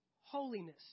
holiness